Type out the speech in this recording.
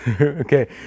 Okay